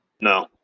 No